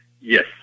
Yes